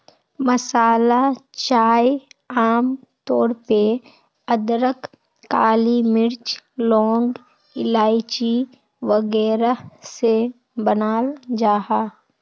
मसाला चाय आम तौर पे अदरक, काली मिर्च, लौंग, इलाइची वगैरह से बनाल जाहा